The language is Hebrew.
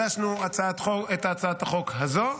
הגשנו את הצעת החוק הזאת.